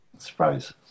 surprise